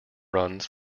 runs